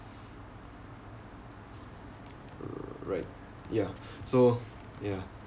right yeah so yeah